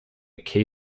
key